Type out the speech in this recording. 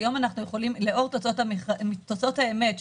לאור תוצאות האמת,